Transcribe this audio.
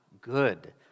good